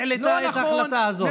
העלתה את ההחלטה הזאת.